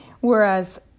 Whereas